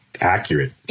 accurate